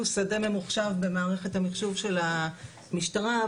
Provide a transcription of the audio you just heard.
שדה ממוחשב במערכת המחשוב של המשטרה,